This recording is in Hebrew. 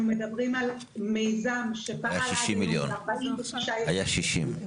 אנחנו מדברים על מיזם שפעל עד היום ב-46 יישובים.